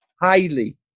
Highly